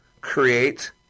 Create